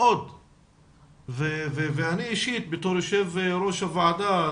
אני אישית בתור יושב-ראש הוועדה,